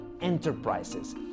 enterprises